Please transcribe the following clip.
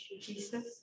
Jesus